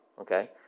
Okay